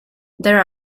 there